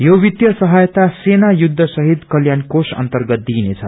यो वित्तीय साझयता सेना युद्ध शहीद कल्याण कोष अर्न्तगत विइनेछ